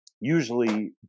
usually